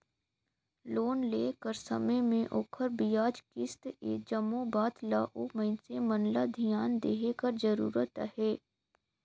loan लेय कर समे में ओखर बियाज, किस्त ए जम्मो बात ल ओ मइनसे मन ल धियान देहे कर जरूरत अहे